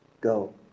Go